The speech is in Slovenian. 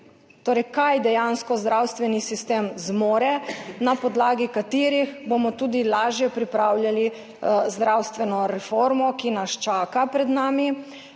kaj dejansko zdravstveni sistem zmore, na podlagi katerih bomo tudi lažje pripravljali zdravstveno reformo, ki nas čaka pred nami